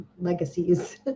Legacies